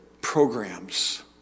programs